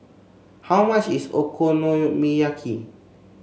how much is Okonomiyaki